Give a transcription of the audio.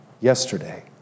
yesterday